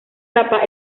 zappa